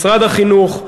משרד החינוך,